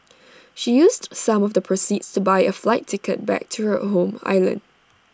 she used some of the proceeds to buy A flight ticket back to her home island